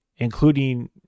including